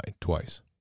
twice